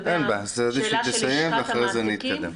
תסיים ואחרי זה נתקדם.